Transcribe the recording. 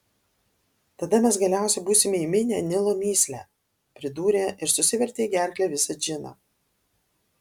tada mes galiausiai būsime įminę nilo mįslę pridūrė ir susivertė į gerklę visą džiną